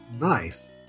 Nice